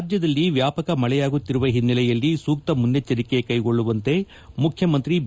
ರಾಜ್ಯದಲ್ಲಿ ವ್ಯಾಪಕ ಮಳೆಯಾಗುತ್ತಿರುವ ಹಿನ್ನೆಲೆಯಲ್ಲಿ ಸೂಕ್ತ ಮುನ್ನೆಚ್ಚರಿಕೆ ಕೈಗೊಳ್ಳುವಂತೆ ಮುಖ್ಯಮಂತ್ರಿ ಬಿ